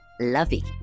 lovey